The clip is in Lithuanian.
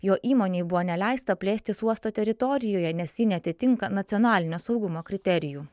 jo įmonei buvo neleista plėstis uosto teritorijoje nes ji neatitinka nacionalinio saugumo kriterijų